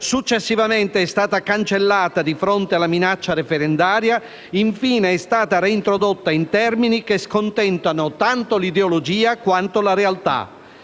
successivamente è stata cancellata di fronte alla minaccia referendaria, infine è stata reintrodotta in termini che scontentano tanto l'ideologia quanto la realtà.